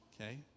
okay